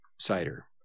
cider